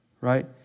right